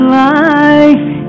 life